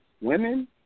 women